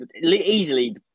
easily